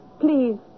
Please